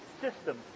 system